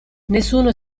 nessuno